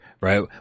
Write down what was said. right